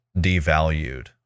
devalued